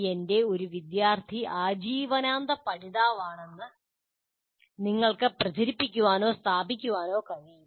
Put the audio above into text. എന്റെ ഒരു വിദ്യാർത്ഥി ആജീവനാന്ത പഠിതാവാണെന്ന് നിങ്ങൾക്ക് പ്രചരിപ്പിക്കാനോ സ്ഥാപിക്കാനോ കഴിയില്ല